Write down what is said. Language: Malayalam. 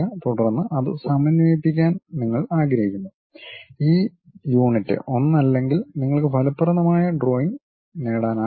തുടർന്ന് അത് സമന്വയിപ്പിക്കാൻ നിങ്ങൾ ആഗ്രഹിക്കുന്നു ഈ യൂണിറ്റ് ഒന്നല്ലെങ്കിൽ നിങ്ങൾക്ക് ഫലപ്രദമായ ഡ്രോയിംഗ് നേടാനാകില്ല